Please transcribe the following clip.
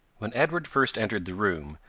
when edward first entered the room,